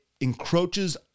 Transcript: encroaches